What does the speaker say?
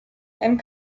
and